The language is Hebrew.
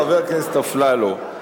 חבר הכנסת אפללו,